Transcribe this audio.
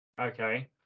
Okay